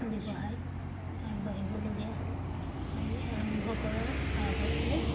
ব্যৱসায়ত আগবাঢ়িবলগীয়া হ'ল আৰু আৰম্ভ কৰাৰ আগতে